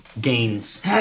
gains